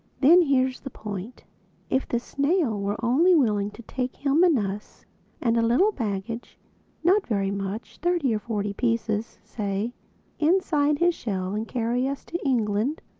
then here's the point if this snail were only willing to take him and us and a little baggage not very much, thirty or forty pieces, say inside his shell and carry us to england,